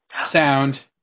sound